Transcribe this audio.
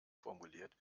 formuliert